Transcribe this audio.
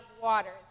water